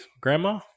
Grandma